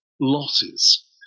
losses